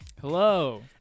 Hello